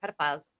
pedophiles